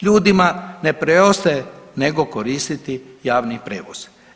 Ljudi ne preostaje nego koristiti javni prevoz.